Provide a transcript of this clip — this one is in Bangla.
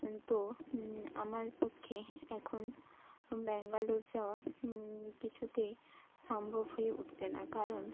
তো আমার পক্ষে এখন ব্যাঙ্গালোর যাওয়া কিছুতেই সম্ভব হয়ে উঠছে না কারণ